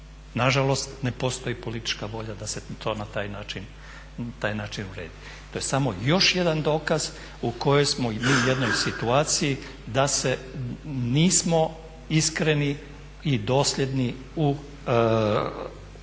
Na žalost ne postoji politička volja da se to na taj način uredi. To je samo još jedan dokaz u kojoj smo mi jednoj situaciji da se nismo iskreni i dosljedni u čuvanju